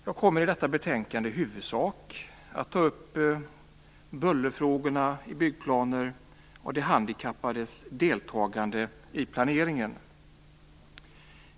Jag kommer i huvudsak ta upp frågorna om buller, byggplaner och de handikappades deltagande i planeringen.